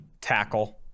tackle